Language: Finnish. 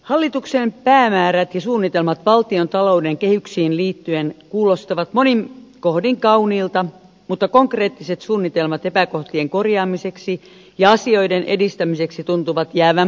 hallituksen päämäärät ja suunnitelmat valtiontalouden kehyksiin liittyen kuulostavat monin kohdin kauniilta mutta konkreettiset suunnitelmat epäkohtien korjaamiseksi ja asioiden edistämiseksi tuntuvat jäävän puolitiehen